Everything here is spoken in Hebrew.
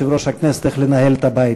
הטורקים מארץ-ישראל בסיום מלחמת העולם